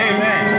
Amen